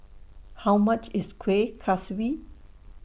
How much IS Kueh Kaswi